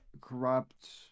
corrupt